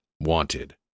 Wanted